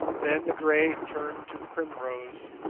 then the grey turned to primrose,